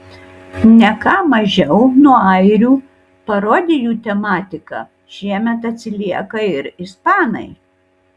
ne ką mažiau nuo airių parodijų tematika šiemet atsilieka ir ispanai